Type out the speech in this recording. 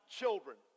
children